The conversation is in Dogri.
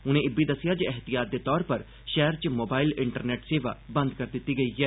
उनें इब्बी दस्सेआ जे एहतियात दे तौरा पर शैहर च मोबाईल इंटरनेट सेवा बंद करी दित्ती गेई ऐ